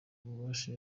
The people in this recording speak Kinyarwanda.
ububasha